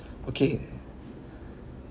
okay